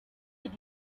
did